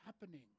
happening